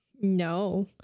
No